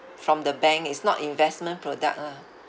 from the bank is not investment product lah